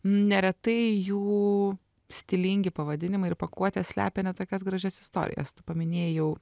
neretai jų stilingi pavadinimai ir pakuotės slepia ne tokias gražias istorijas tu paminėjai jau